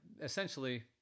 essentially